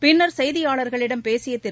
பின்னர் செய்தியாளர்களிடம் பேசிய திரு